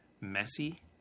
messy